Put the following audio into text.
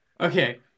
okay